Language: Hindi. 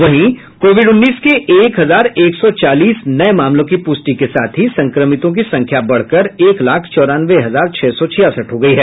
वहीं कोविड उन्नीस के एक हजार एक सौ चालीस नये मामलों की प्रष्टि के साथ ही संक्रमितों की संख्या बढ़कर एक लाख चौरानवे हजार छह सौ छियासठ हो गयी है